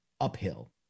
uphill